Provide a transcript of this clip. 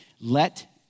Let